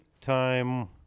time